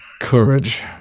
Courage